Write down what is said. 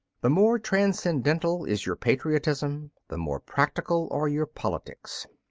the more transcendental is your patriotism, the more practical are your politics.